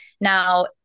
Now